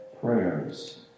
Prayers